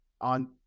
on